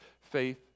faith